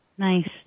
Nice